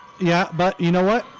yeah, but you know what?